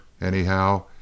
anyhow